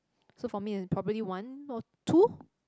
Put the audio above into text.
so for me is probably one or two